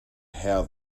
how